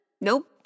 Nope